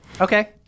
Okay